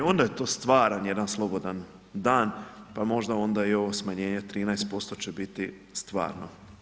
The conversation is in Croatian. Onda je to stvaran jedan slobodan dan, pa možda onda i ovo smanjenje 13% će biti stvarno.